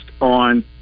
on